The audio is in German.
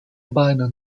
beine